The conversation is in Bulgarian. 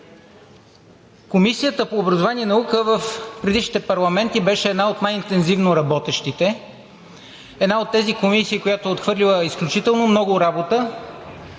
Комисията по образованието и науката в предишните парламенти беше една от най-интензивно работещите, една от тези комисии, която е отхвърлила изключително много работа,